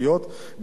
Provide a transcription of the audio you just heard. גם למפלגות,